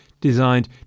designed